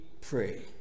pray